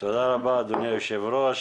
תודה רבה, אדוני היושב ראש.